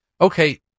Okay